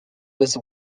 was